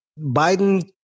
Biden